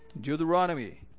Deuteronomy